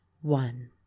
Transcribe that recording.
one